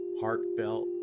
heartfelt